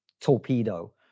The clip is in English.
torpedo